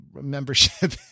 membership